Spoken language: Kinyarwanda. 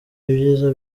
ibyiza